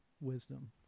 wisdom